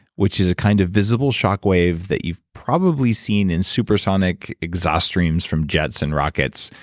which is a kind of visible shockwave that you've probably seen in supersonic exhaust streams from jets and rockets,